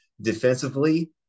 Defensively